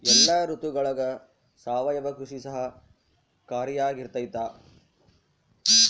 ಎಲ್ಲ ಋತುಗಳಗ ಸಾವಯವ ಕೃಷಿ ಸಹಕಾರಿಯಾಗಿರ್ತೈತಾ?